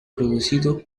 producido